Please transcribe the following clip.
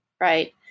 right